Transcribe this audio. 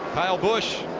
kyle busch